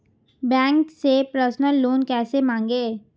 Bank से personal loan कैसे मांगें?